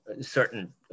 certain